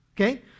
Okay